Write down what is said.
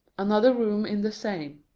another room in the same.